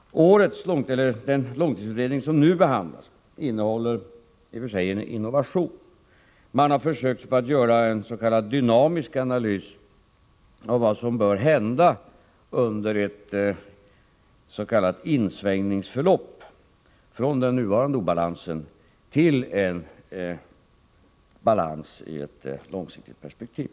Den nu aktuella långtidsutredningen innehåller i och för sig en innovation. Man har försökt göra ens.k. dynamisk analys av vad som bör hända under ett politiken på medellång sikt s.k. insvängningsförlopp från den nuvarande obalansen till en balans i ett långsiktigt perspektiv.